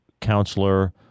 counselor